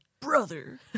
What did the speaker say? brother